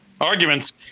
arguments